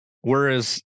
Whereas